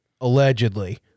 Allegedly